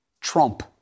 Trump